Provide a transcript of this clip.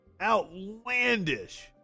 Outlandish